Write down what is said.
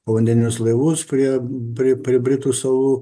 povandeninius laivus prie prie prie britų salų